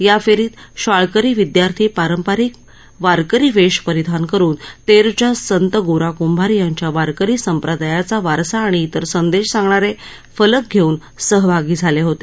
या फेरीत शाळकरी विदयार्थी पारंपारिक वारकरी वेश परिधान करून तेरच्या संत गोरा क्भार यांच्या वारकरी संप्रदायाचा वारसा आणि इतर संदेश सांगणारे फलक घेऊन सहभागी झाले होते